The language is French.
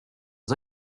aux